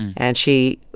and she,